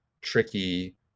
tricky